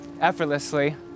effortlessly